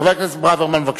חבר הכנסת ברוורמן, בבקשה.